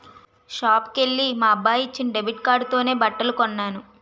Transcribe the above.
షాపుకెల్లి మా అబ్బాయి ఇచ్చిన డెబిట్ కార్డుతోనే బట్టలు కొన్నాను